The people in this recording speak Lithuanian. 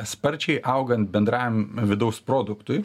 sparčiai augant bendrajam vidaus produktui